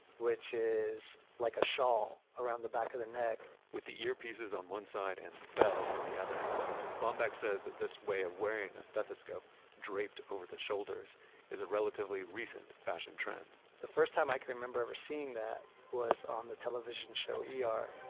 which is like a shawl around the back of the neck with the earpieces on one side and the bell on the other bomback says that this way of wearing a stethoscope draped over the shoulders is a relatively recent fashion trend the first time i can remember ever seeing that was on the television show yeah ah er